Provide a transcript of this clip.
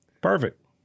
Perfect